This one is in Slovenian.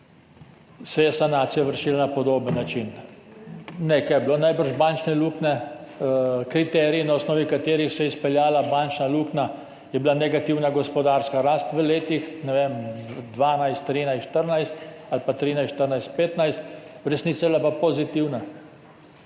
se je sanacija vršila na podoben način. Nekaj je bilo najbrž bančne luknje, kriterij, na osnovi katerega se je izpeljala bančna luknja, je bila negativna gospodarska rast v letih, ne vem, 2012, 2013, 2014 ali pa 2013, 2014, 2015, v resnici je bila pa pozitivna.